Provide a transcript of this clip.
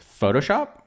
Photoshop